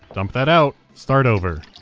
dump that out, start over.